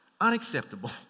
unacceptable